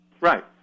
Right